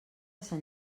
sant